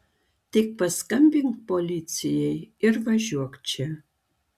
tik paskambink policijai ir važiuok čia